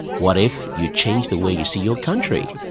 what if you change the way you see your country?